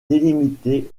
délimité